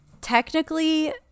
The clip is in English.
Technically